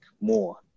more